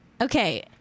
Okay